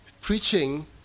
Preaching